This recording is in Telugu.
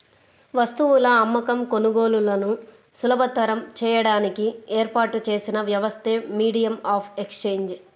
వస్తువుల అమ్మకం, కొనుగోలులను సులభతరం చేయడానికి ఏర్పాటు చేసిన వ్యవస్థే మీడియం ఆఫ్ ఎక్సేంజ్